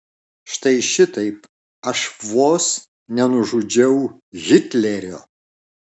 štai šitaip aš vos nenužudžiau hitlerio